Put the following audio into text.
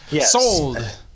Sold